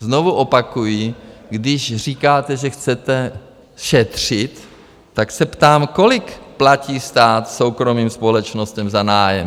Znovu opakuji, když říkáte, že chcete šetřit, tak se ptám: Kolik platí stát soukromým společnostem za nájem?